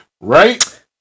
Right